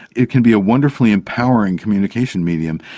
it can be a wonderfully empowering communication medium.